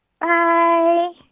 Bye